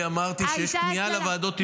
אני אמרתי שיש פנייה לוועדות אפיון.